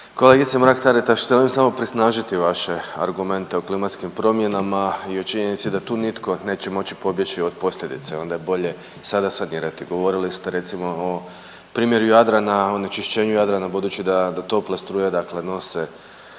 Kolegice Mrak Taritaš htio bih samo prisnažiti vaše argumente o klimatskim promjenama i u činjenici da tu nitko neće moći pobjeći od posljedice, onda je bolje sada sanirati. Govorili ste recimo o primjeru Jadrana, o onečišćenju Jadrana budući da topla struja dakle